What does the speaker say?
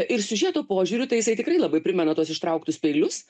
ir siužeto požiūriu tai jisai tikrai labai primena tuos ištrauktus peilius